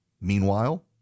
Meanwhile